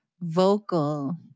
vocal